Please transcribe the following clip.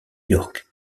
york